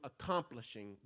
accomplishing